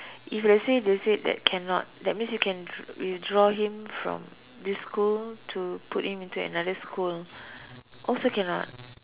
if let's say they say that cannot that means you can withdraw him from this school to put him in another school also cannot